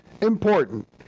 important